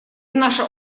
наша